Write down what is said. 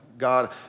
God